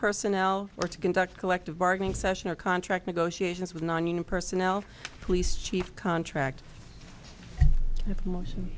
personnel or to conduct collective bargaining session or contract negotiations with nonunion personnel police chief contract